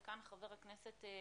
וכאן, חבר הכנסת לוי,